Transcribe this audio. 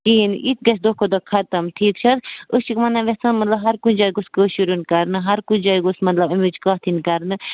کِہیٖنٛۍ یِتہِ گژھِ دۄہ کھۄتہٕ دۄہ ختم ٹھیٖک چھا أسۍ چھِ وَنُن ویژھان مطلب ہر کُنہِ جایہِ گوٚژھ کٲشُر یُن کَرنہٕ ہر کُنہِ جایہِ گوٚژھ مطلب اَمِچ کَتھ یِنۍ کَرنہٕ